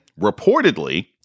reportedly